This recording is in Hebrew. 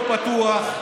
להיות פתוח.